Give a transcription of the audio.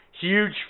huge